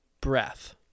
breath